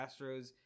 Astros